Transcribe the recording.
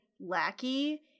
lackey